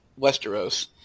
Westeros